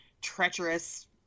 treacherous